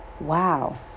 wow